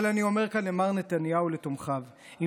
אבל אני אומר כאן למר נתניהו ולתומכיו: עם